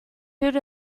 food